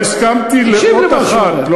לא הסכמתי לאות אחת,